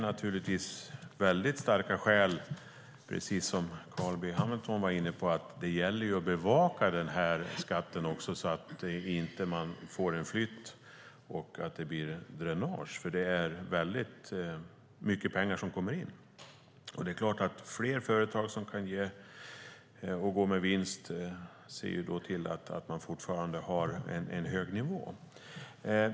Därför finns det starka skäl, vilket Carl B Hamilton var inne på, att bevaka bolagsskatten så att vi inte får en flytt som leder till dränage. Det är nämligen mycket pengar som kommer in. Fler företag som går med vinst innebär att vi kan fortsätta att ha en hög nivå.